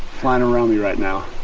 flying around me right now.